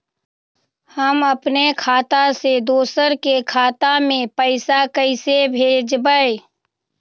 हम अपने खाता से दोसर के खाता में पैसा कइसे भेजबै?